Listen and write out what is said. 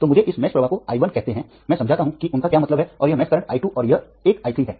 तो मुझे इस मेश प्रवाह को i1 कहते हैं मैं समझाता हूँ कि उनका क्या मतलब है और यह मेश करंट i2 और यह एक i3 है